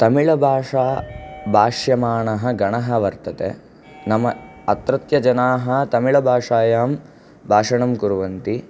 तमिलभाषाभाष्यमाणः गणः वर्तते नाम अत्रत्य जनाः तमिलभाषायां भाषणं कुर्वन्ति